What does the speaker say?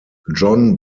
john